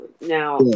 now